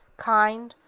kind,